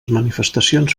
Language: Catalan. manifestacions